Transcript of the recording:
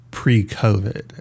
pre-COVID